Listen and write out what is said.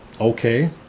okay